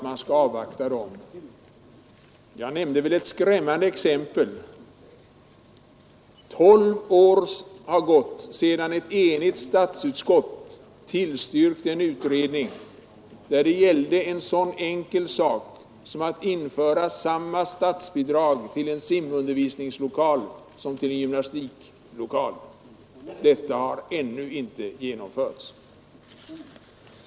Jag har nämnt ett skrämmande exempel. Tolv år har gått sedan ett enigt statsutskott tillstyrkte en utredning, där det gällde en så enkel sak som att ge samma statsbidrag till en simundervisningslokal som till en gymnastikundervisningslokal. Denna självklara reform har ännu inte genomförts.